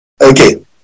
Okay